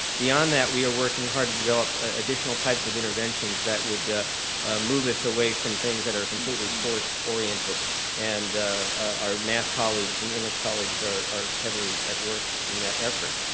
beyond that we are working hard to develop additional types of interventions that would move us away from things that are completely course oriented and our math colleagues and english colleagues are are heavily at work in that effort.